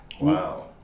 Wow